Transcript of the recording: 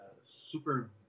Super